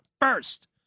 first